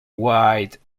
wide